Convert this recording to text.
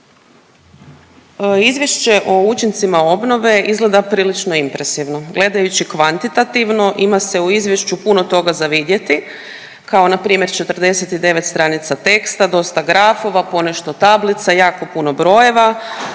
Izvješće o učincima obnove izgleda prilično impresivno. Gledajući kvantitativno ima se u izvješću puno toga za vidjeti kao npr. 49 stranica teksta, dosta grafova, ponešto tablica, jako puno brojeva